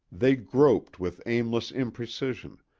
they groped with aimless imprecision,